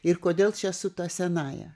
ir kodėl čia su ta senąja